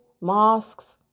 Mosques